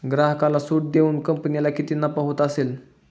ग्राहकाला सूट देऊन कंपनीला किती नफा होत असेल